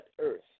Earth